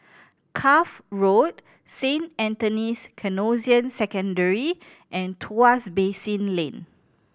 Cuff Road Saint Anthony's Canossian Secondary and Tuas Basin Lane